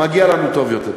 מגיע לנו טוב יותר.